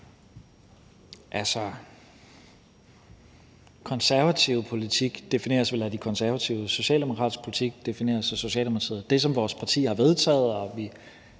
Altså, konservativ politik defineres vel af De Konservative; socialdemokratisk politik defineres af Socialdemokratiet. Det, som vores parti har vedtaget, og som